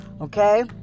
Okay